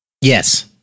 Yes